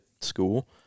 school